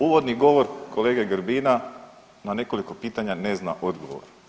Uvodni govor kolege Grbina, na nekoliko pitanja ne zna odgovor.